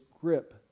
grip